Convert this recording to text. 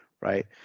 right